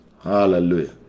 Hallelujah